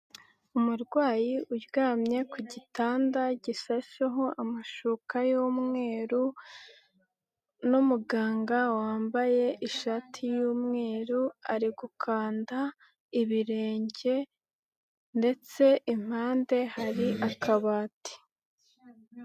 Umurwayi uryamye ku gitanda gisasheho amashuka y'mweru n'umuganga wambaye ishati y'umweru, ari gukanda ibirenge ndetse impande hari akabati.